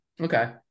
Okay